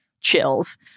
chills